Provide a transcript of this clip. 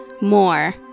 more